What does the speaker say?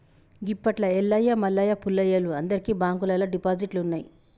గిప్పట్ల ఎల్లయ్య మల్లయ్య పుల్లయ్యలు అందరికి బాంకుల్లల్ల డిపాజిట్లున్నయ్